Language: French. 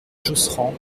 josserand